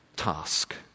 Task